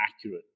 accurate